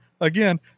again